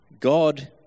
God